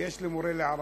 ויש לי מורה לערבית,